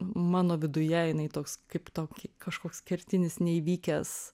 mano viduje jinai toks kaip tokį kažkoks kertinis neįvykęs